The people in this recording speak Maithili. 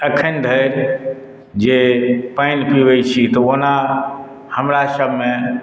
अखन धरि जे पानि पीबै छी तऽ ओना हमरासभमे